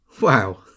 Wow